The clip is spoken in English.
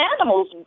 animals